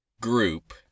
group